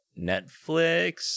Netflix